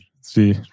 see